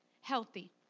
healthy